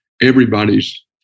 everybody's